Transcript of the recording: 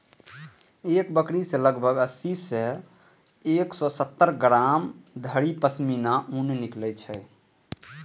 एक बकरी सं लगभग अस्सी सं एक सय सत्तर ग्राम धरि पश्मीना ऊन निकलै छै